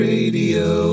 Radio